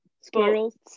squirrels